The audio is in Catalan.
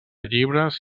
llibres